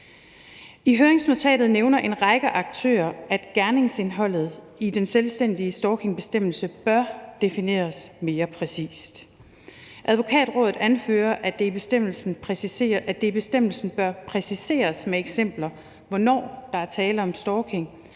I høringsnotatet nævner en række aktører, at gerningsindholdet i den selvstændige stalkingbestemmelse bør defineres mere præcist. Advokatrådet anfører, at det i bestemmelsen bør præciseres med eksempler, hvornår der er tale om stalking